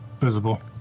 Visible